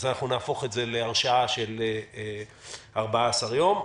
אז נהפוך את זה להרשאה של 14 יום.